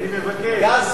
אדוני